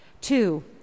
Two